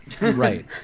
right